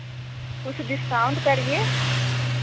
कुछ डिस्काउंट करिए